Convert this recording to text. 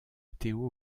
theo